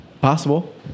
Possible